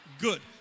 Good